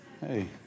Hey